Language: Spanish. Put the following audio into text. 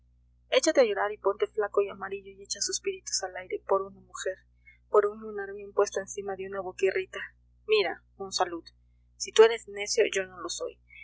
échate a llorar y ponte flaco y amarillo y echa suspiritos al aire por una mujer por un lunar bien puesto encima de una boquirrita mira monsalud si tú eres necio yo no lo soy